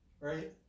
right